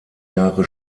jahre